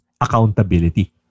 accountability